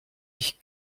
ich